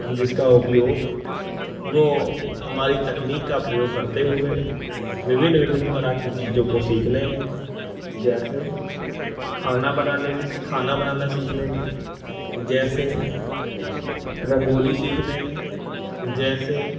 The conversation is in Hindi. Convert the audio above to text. जिसका उपयोग वह हमारी तकनीक का प्रयोग करते हुए विभिन्न विभिन्न तरह की चीज़ों को सीखने में जैसे खाना बनाने में खाना बनाना सीखने में जैसे रंगोली सीखने में जैसे